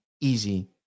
easy